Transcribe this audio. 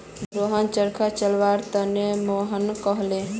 रोशन चरखा चलव्वार त न मोहनक कहले